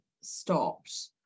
stopped